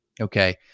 Okay